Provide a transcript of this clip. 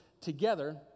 together